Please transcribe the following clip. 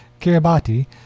Kiribati